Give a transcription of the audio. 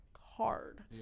hard